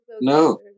No